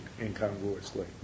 incongruously